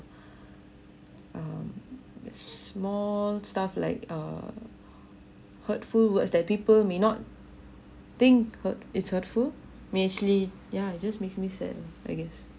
um small stuff like err hurtful words that people may not think hurt it's hurtful may actually yeah it just makes me sad lah I guess